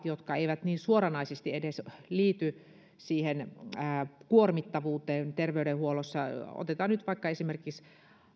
jotka eivät niin suoranaisesti edes liity siihen kuormittavuuteen terveydenhuollossa hoitoja on lähdetty siirtämään otetaan nyt vaikka esimerkiksi